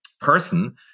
person